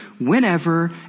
whenever